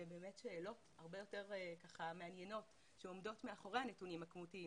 ששאלות הרבה יותר ככה מעניינות שעומדות מאחורי הנתונים הכמותיים,